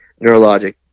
neurologic